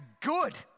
good